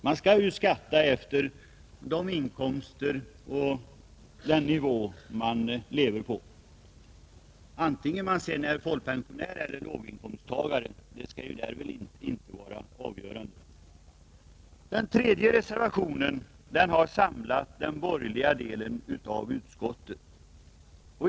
Man skall skatta efter de inkomster och den nivå man lever på vare sig man är folkpensionär eller låginkomsttagare. Den tredje reservationen har samlat den borgerliga delen av utskottet.